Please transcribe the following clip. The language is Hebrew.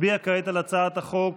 נצביע כעת על הצעת חוק